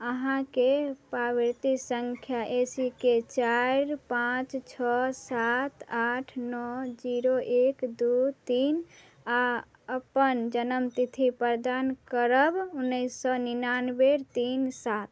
अहाँकेँ पावती सँख्या ए सी के चारि पाँच छओ सात आठ नओ जीरो एक दुइ तीन आओर अपन जनमतिथि प्रदान करब उनैस सओ निनानवे तीन सात